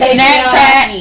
Snapchat